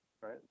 right